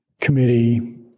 committee